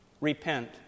Repent